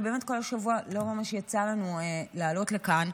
כי כל השבוע לא ממש יצא לנו לעלות לכאן,